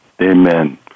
Amen